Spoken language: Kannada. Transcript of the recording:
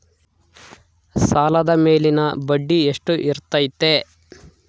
ಸಾಲದ ಮೇಲಿನ ಬಡ್ಡಿ ಎಷ್ಟು ಇರ್ತೈತೆ?